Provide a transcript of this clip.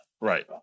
Right